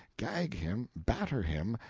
gag him, batter him,